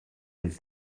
it’s